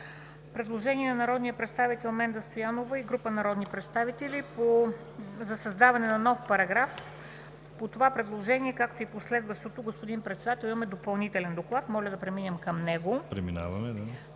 предложение на народния представител Менда Стоянова и група народни представители за създаване на нов параграф. По това предложение, както и последващото, господин Председател, имаме Допълнителен доклад. Моля да преминем към него.